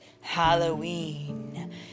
Halloween